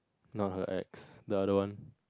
not her ex the other one